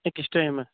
أکِس ٹایمس